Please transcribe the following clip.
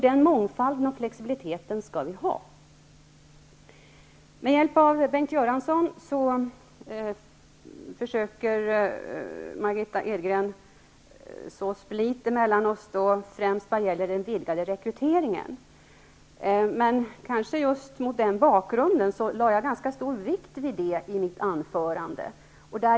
Denna mångfald och flexibilitet skall vi ha. Med hjälp av Bengt Göransson försöker Margitta Edgren utså split emellan oss främst när det gäller den vidgade rekryteringen. Men, kanske just mot den bakgrunden, lade jag ganska stor vikt vid det i mitt anförande.